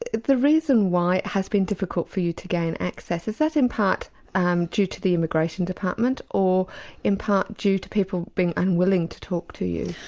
the reason why it has been difficult for you to gain access is that in part um due to the immigration department or in part due to people being unwilling to talk to you?